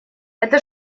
это